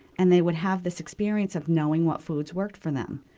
and they would have this experience of knowing what foods worked for them.